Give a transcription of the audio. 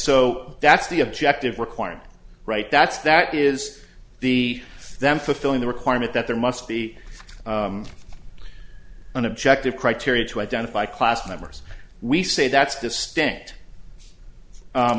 so that's the objective requirement right that's that is the them fulfilling the requirement that there must be an objective criteria to identify class members we say that's distinct